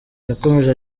yakomeje